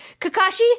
Kakashi